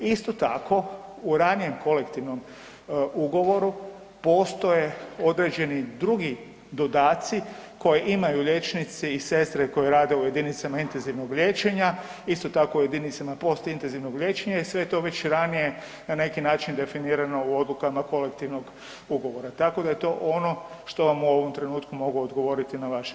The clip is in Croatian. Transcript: Isto tako, u ranijem kolektivnom ugovoru, postoje određeni drugi dodaci koje imaju liječnici i sestre koje rade u jedinicama intenzivnog liječenja, isto tako u jedinicama postintenzivnog liječenja i sve je to već ranije na neki način definirano u odlukama kolektivnog ugovora, tako da je to ono što vam u ovom trenutku mogu odgovoriti na vaša pitanja.